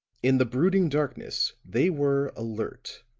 in the brooding darkness they were alert,